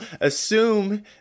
assume